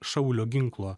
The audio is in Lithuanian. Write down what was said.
šaulio ginklo